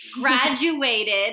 graduated